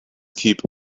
keep